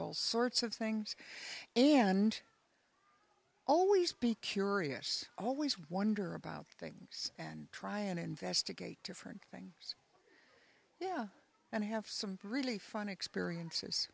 all sorts of things and always be curious always wonder about things and try and investigate different thing yeah and i have some really fun experiences